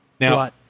Now